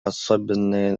особенное